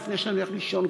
לפני שאני הולך לישון,